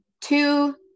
two